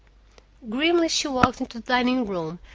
grimly she walked into the dining-room,